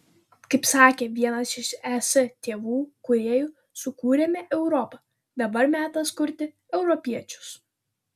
kaip sakė vienas iš es tėvų kūrėjų sukūrėme europą dabar metas kurti europiečius